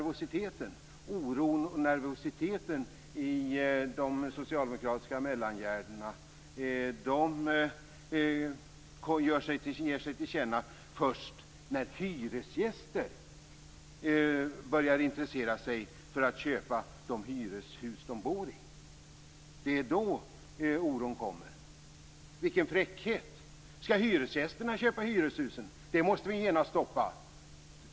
Oron och nervositeten i de socialdemokratiska mellangärdena ger sig till känna först när hyresgäster börjar intressera sig för att köpa de hyreshus de bor i. Det är då oron kommer. Vilken fräckhet! Skall hyresgästerna köpa hyreshusen? Det måste vi genast stoppa!